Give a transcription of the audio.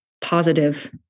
positive